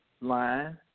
line